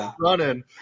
running